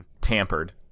tampered